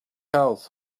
out